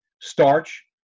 starch